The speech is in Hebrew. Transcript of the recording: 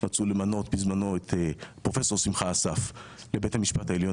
בזמנו רצו למנות את פרופ' שמחה אסף בלית המשפט העליון